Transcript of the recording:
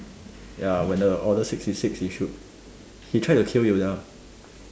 ya when the order sixty six he shoot he tried to kill Yoda